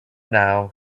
now